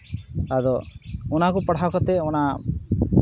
ᱟᱨᱚ ᱚᱱᱟ ᱠᱚ ᱯᱟᱲᱦᱟᱣ ᱠᱟᱛᱮᱫ ᱚᱱᱟ